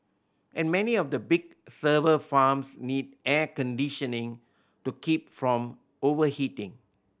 and many of the big server farms need air conditioning to keep from overheating